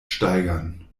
steigern